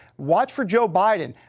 watch for joe biden.